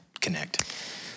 connect